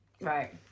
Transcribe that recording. Right